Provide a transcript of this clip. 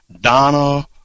Donna